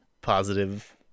positive